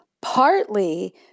Partly